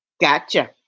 Gotcha